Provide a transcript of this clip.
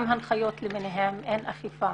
גם הנחיות למיניהן, אין אכיפה.